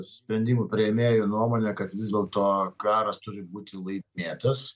sprendimų priėmėjų nuomonė kad vis dėlto karas turi būti laimėtas